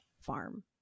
farm